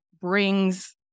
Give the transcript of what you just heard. brings